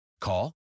Call